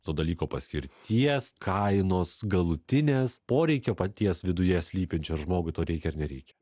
to dalyko paskirties kainos galutinės poreikio paties viduje slypinčio žmogui to reikia ar nereikia